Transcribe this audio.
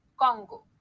Congo